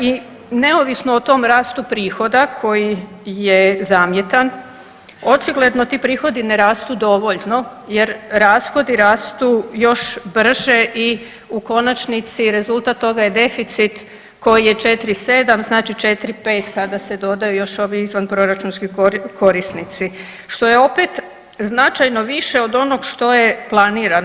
I neovisno o tom rastu prihoda koji je zamjetan, očigledno ti prihodi ne rastu dovoljno jer rashodi rastu još brže i u konačnici rezultat toga je deficit koji je 4,7, znači 4,5 kada se dodaju još ovi izvanproračunski korisnici, što je opet značajno više od onog što je planirano.